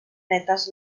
netes